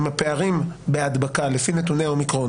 עם הפערים בהדבקה לפי נתוני האומיקרון,